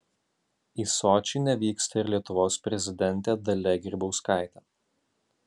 į sočį nevyksta ir lietuvos prezidentė dalia grybauskaitė